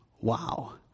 Wow